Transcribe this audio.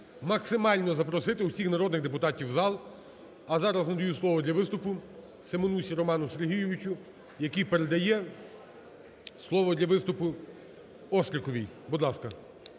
максимально запросити всіх народних депутатів в зал. А зараз надаю слово для виступу Семенусі Роману Сергійовичу, який передає слово для виступу Остріковій. Будь ласка.